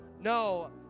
No